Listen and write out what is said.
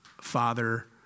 Father